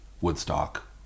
Woodstock